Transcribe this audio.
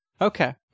Okay